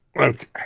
Okay